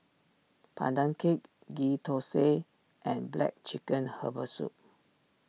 Pandan Cake Ghee Thosai and Black Chicken Herbal Soup